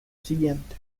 siguiente